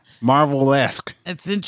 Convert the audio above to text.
Marvel-esque